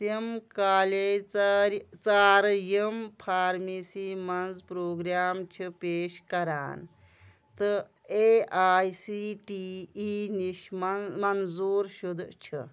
تِم کالیج ژٲرۍ ژارٕ یِم فارمیسی منٛز پروگرام چھِ پیش کران تہٕ A I C T E نِش من منظوٗر شُدٕ چھِ